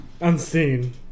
Unseen